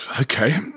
Okay